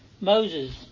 Moses